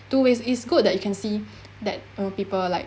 two ways it's good that you can see that uh people like